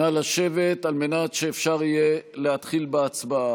נא לשבת על מנת שאפשר יהיה להתחיל בהצבעה.